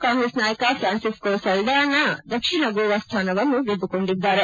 ಕಾಂಗ್ರೆಸ್ ನಾಯಕ ಪ್ರಾನ್ಸಿಕ್ಕೊ ಸಲ್ವಾನ ದಕ್ಷಿಣ ಗೋವಾ ಸ್ಥಾನವನ್ನು ಗೆದ್ದುಕೊಂಡಿದ್ದಾರೆ